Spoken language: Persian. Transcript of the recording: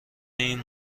این